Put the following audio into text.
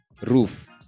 roof